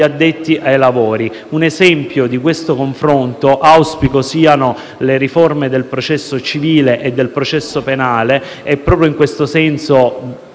addetti ai lavori. Un esempio di questo confronto auspico siano le riforme del processo civile e del processo penale. E, proprio in questo senso,